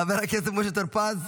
חבר הכנסת משה טור פז,